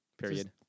period